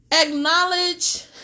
acknowledge